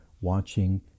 watching